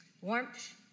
warmth